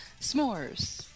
s'mores